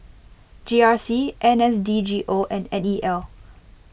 G R C N S D G O and N E L